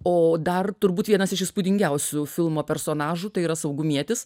o dar turbūt vienas iš įspūdingiausių filmo personažų tai yra saugumietis